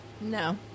No